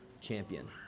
champion